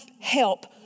help